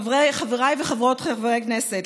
חבריי וחברותיי חברי הכנסת,